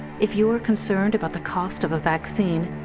if you are concerned about the cost of a vaccine,